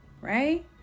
right